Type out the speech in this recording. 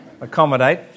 accommodate